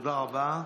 תודה רבה.